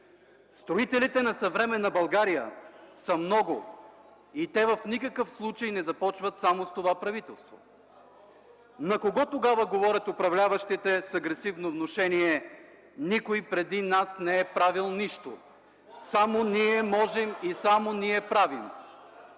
Строителите на съвременна България са много и те в никакъв случай не започват само с това правителство. (Реплики в мнозинството.) На кого тогава говорят управляващите с агресивно внушение: „Никой преди нас не е правил нищо. Само ние можем и само ние правим”?!